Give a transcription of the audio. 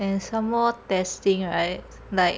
and some more testing right like